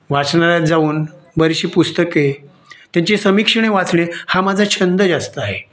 वाचनालयात जाऊन बरीचशी पुस्तके त्यांची समीक्षणे वाचने हा माझा छंद जास्त आहे